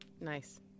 Nice